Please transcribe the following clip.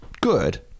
good